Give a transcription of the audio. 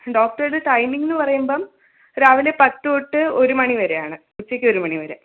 ഡോക്ടറുടെ ടൈമിംഗ് എന്ന് പറയുമ്പം രാവിലെ പത്ത് തൊട്ട് ഒരു മണിവരെയാണ് ഉച്ചക്ക് ഒരുമണിവരെ